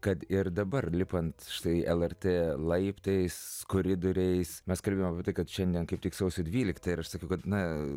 kad ir dabar lipant štai lrt laiptais koridoriais mes kalbėjom kad šiandien kaip tik sausio dvylikta ir aš sakiau kad na